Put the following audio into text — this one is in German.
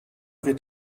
wird